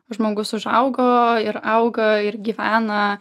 žmogus užaugo ir auga ir gyvena